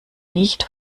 nicht